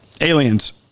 aliens